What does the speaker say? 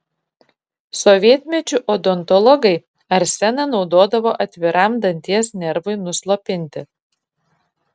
sovietmečiu odontologai arseną naudodavo atviram danties nervui nuslopinti